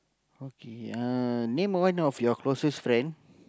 okay uh name one of your closest friend